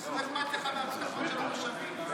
לא אכפת לך מהביטחון של התושבים,